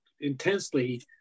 intensely